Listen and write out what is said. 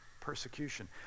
persecution